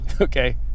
Okay